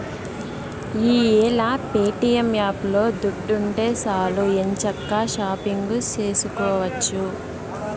ఈ యేల ప్యేటియం యాపులో దుడ్డుంటే సాలు ఎంచక్కా షాపింగు సేసుకోవచ్చు